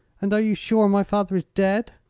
and are you sure my father is dead?